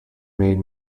made